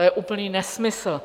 To je úplný nesmysl.